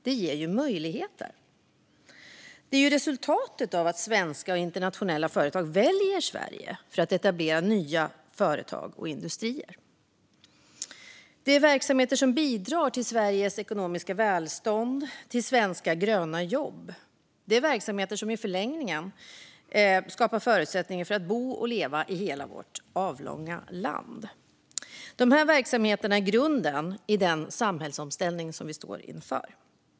Det ger ju möjligheter. Det är resultatet av att svenska och internationella företag väljer Sverige för att etablera nya företag och industrier. Det är verksamheter som bidrar till Sveriges ekonomiska välstånd och till svenska gröna jobb. Det är verksamheter som i förlängningen skapar förutsättningar för att bo och leva i hela vårt avlånga land. Dessa verksamheter är grunden i den samhällsomställning som vi nu står inför.